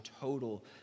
total